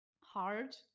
hard